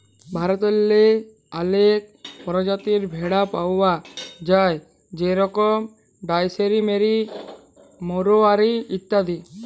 ভারতেল্লে অলেক পরজাতির ভেড়া পাউয়া যায় যেরকম জাইসেলমেরি, মাড়োয়ারি ইত্যাদি